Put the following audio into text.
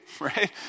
right